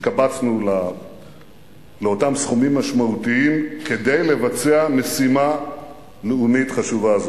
שהתקבצנו לאותם סכומים משמעותיים כדי לבצע משימה לאומית חשובה זו.